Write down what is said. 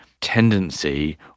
Tendency